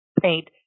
paint